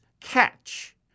catch